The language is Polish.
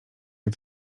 jak